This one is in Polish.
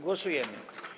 Głosujemy.